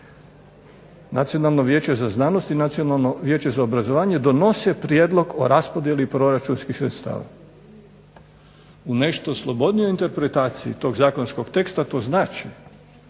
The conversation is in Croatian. Nacionalno vijeće za znanost i Nacionalno vijeće za obrazovanje donose prijedlog o raspodjeli proračunskih sredstava. U nešto slobodnijoj interpretaciji tog zakonskog teksta to znači